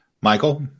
Michael